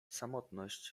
samotność